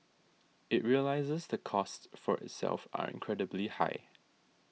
it realises the costs for itself are incredibly high